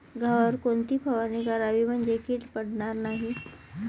गव्हावर कोणती फवारणी करावी म्हणजे कीड पडणार नाही?